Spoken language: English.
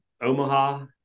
Omaha